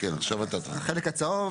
החלק הצהוב,